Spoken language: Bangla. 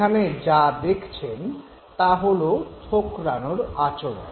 এখানে যা দেখছেন তা হল ঠোকরানো আচরণ